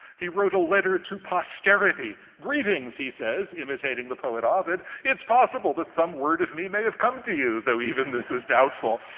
he wrote a letter to posterity. greetings, he says, imitating the poet ovid. it's possible that some word of me may have come to you, though even this is doubtful.